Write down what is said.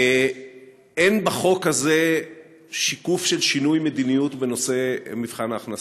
אין בחוק הזה שיקוף של שינוי מדיניות בנושא מבחן ההכנסה,